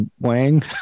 Wang